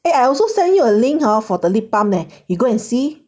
eh I also send you a link hor for the lip balm you go and see